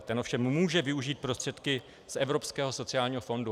Ten ovšem může využít prostředky z Evropského sociální fondu.